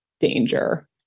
danger